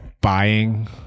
buying